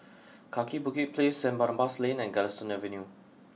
Kaki Bukit Place Saint Barnabas Lane and Galistan Avenue